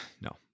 No